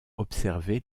observer